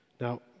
Now